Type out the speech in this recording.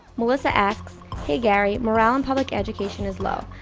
melissa asks, hey gary, morale in public education is low.